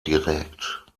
direkt